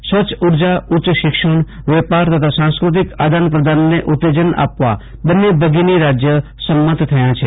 સ્વચ્છ ઉર્જાઉચ્ય શિક્ષણ વેપાર તથા સાંસ્કૃતિક આદાનપ્રદાનને ઉત્તેજન આપવા બંન્ને ભગિની રાજય સંમત થયા છે